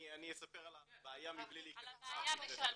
אני אספר על הבעיה מבלי להכנס לאף מקרה ספציפי.